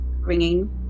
ringing